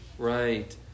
Right